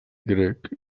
grec